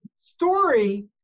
story